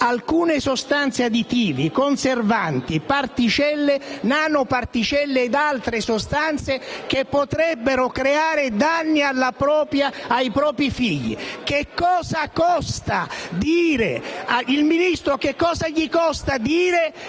alcune sostanze additive: conservanti, particelle, nanoparticelle ed altre sostanze che potrebbero creare danni ai nostri figli. Cosa costa al Ministro